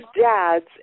dad's